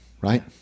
Right